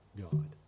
God